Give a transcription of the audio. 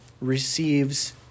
receives